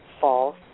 False